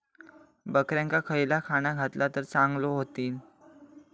बकऱ्यांका खयला खाणा घातला तर चांगल्यो व्हतील?